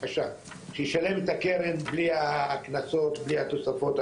שישלם את הקרן בלי הקנסות בלי התוספות,